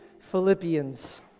Philippians